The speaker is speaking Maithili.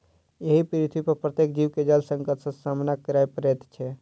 एहि पृथ्वीपर प्रत्येक जीव के जल संकट सॅ सामना करय पड़ैत छै